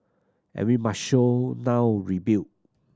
and we must show now rebuild